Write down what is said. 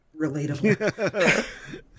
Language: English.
relatable